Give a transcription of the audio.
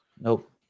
nope